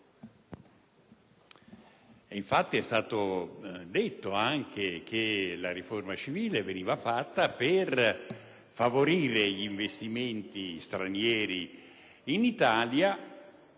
Paese. È stato anche detto che la riforma civile veniva fatta per favorire gli investimenti stranieri in Italia,